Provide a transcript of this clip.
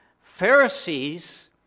Pharisees